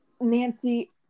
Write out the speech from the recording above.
Nancy